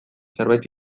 zerbait